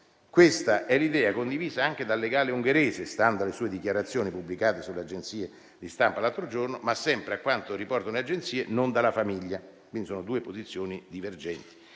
Questa è l'idea condivisa anche dal legale ungherese, stando alle sue dichiarazioni pubblicate sulle agenzie di stampa l'altro giorno, ma, sempre a quanto riportano le agenzie, non dalla famiglia. Sono quindi due posizioni divergenti.